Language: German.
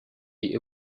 die